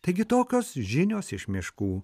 taigi tokios žinios iš miškų